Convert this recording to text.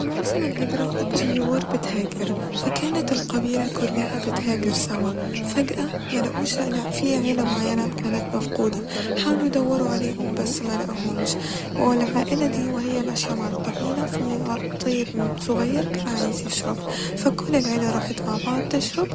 ف موسم الهجرة الطيور بتهاجر ف كانت القبيلة كلها بتهاجر سوا فجأة ملقوش عل- في عيلة معينة كانت مفقودة حاولو يدورو عليهم بس ما لقهومش ، والعائلة دي وهي ماشيه مع القبيلة في طير صغير كان عايز يشرب ف كل العيلة راحت مع بعض تشرب